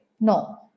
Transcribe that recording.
No